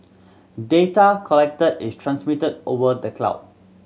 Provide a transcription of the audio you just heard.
data collected is transmitted over the cloud